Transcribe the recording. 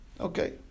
Okay